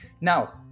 Now